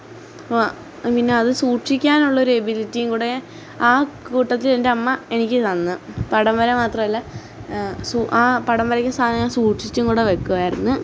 വ പിന്നെ അത് സൂക്ഷിക്കാനുള്ള ഒര് എബിലിറ്റി കൂടെ ആ കൂട്ടത്തിൽ എന്റെ അമ്മ എനിക്ക് തന്ന് പടം വര മാത്രവല്ല സൂ ആ പടം വരക്കുന്ന സാധനങ്ങള് സൂക്ഷിച്ചും കൂടെ വയ്ക്കുവായിരുന്നു